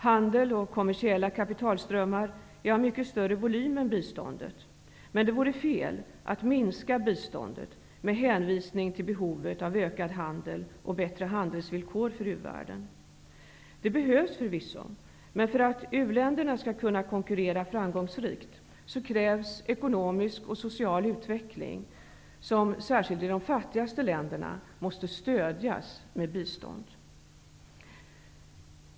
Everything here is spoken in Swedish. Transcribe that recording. Handeln och de kommersiella kapitalströmmarna är av mycket större volym än biståndet, men det vore fel att minska biståndet med hänvisning till behovet av ökad handel och bättre handelsvillkor för u-världen. Sådant behövs förvisso, men för att u-länderna skall kunna konkurrera framgångsrikt krävs ekonomisk och social utveckling, vilket särskilt i de fattigaste länderna måste stödjas med bistånd.